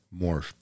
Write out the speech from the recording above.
Morphed